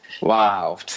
Wow